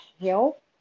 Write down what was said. help